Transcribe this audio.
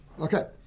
Okay